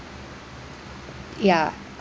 ya